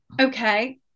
okay